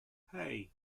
hey